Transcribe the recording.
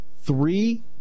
three